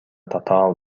татаал